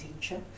teacher